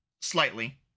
slightly